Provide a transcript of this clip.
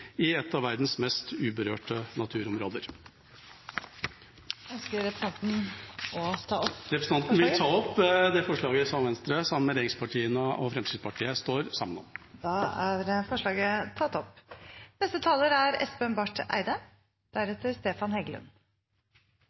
i et av verdens mest uberørte naturområder. Jeg tar til slutt opp det forslaget som Venstre står sammen med de andre regjeringspartiene og Fremskrittspartiet om. Representanten Ketil Kjenseth har tatt opp